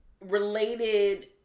related